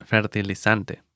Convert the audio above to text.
Fertilizante